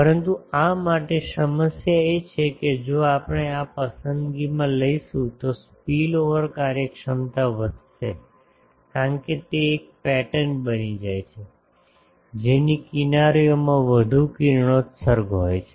પરંતુ આ માટે સમસ્યા એ છે કે જો આપણે આ પસંદગી લઈશું તો સ્પિલઓવર કાર્યક્ષમતા વધશે કારણ કે તે એક પેટર્ન બની જાય છે જેની કિનારીઓમાં વધુ કિરણોત્સર્ગ હોય છે